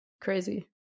crazy